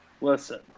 Listen